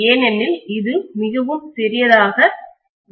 ஏனெனில் இது மிகவும் சிறியதாக இருக்கும்